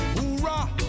Hoorah